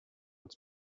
its